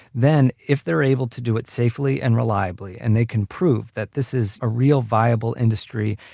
then, if they're able to do it safely and reliably, and they can prove that this is a real viable industry,